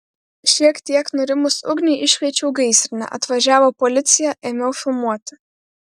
šiek tiek nurimus ugniai iškviečiau gaisrinę atvažiavo policija ėmiau filmuoti